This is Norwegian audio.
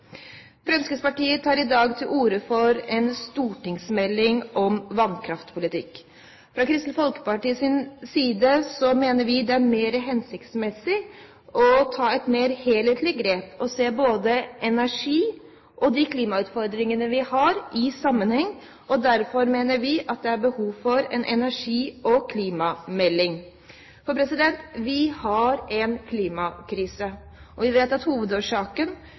Fremskrittspartiet tar i dag til orde for en stortingsmelding om vannkraftpolitikk. Fra Kristelig Folkepartis side mener vi det er mer hensiktsmessig å ta et mer helhetlig grep og se energi og de klimautfordringene vi har, i sammenheng, og derfor mener vi at det er behov for en energi- og klimamelding. For vi har en klimakrise. Vi vet at hovedårsaken